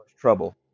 trouble